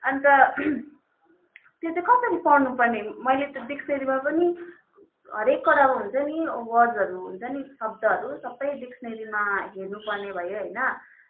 अन्त त्यो चाहिँ कसरी पढ्नु पर्ने मैले त डिक्सनेरीमा पनि हरेकवटा हुन्छ नि वर्डसहरू हुन्छ नि शब्दहरू सबै डिक्सनेरीमा हेर्नु पर्ने भयो होइन सो